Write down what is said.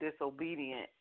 disobedient